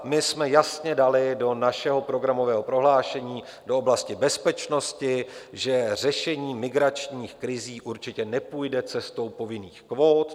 My jsme jasně dali do našeho programového prohlášení, do oblasti bezpečnosti, že řešení migračních krizí určitě nepůjde cestou povinných kvót.